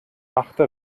machte